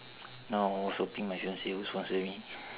no I was hoping my fiancee would sponsor me